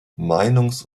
meinungs